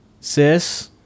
sis